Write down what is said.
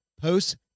posts